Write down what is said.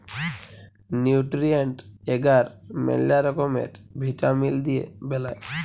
nutrient এগার ম্যালা রকমের ভিটামিল দিয়ে বেলায়